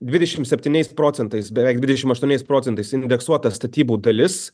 dvidešim septyniais procentais beveik dvidešim aštuoniais procentais indeksuota statybų dalis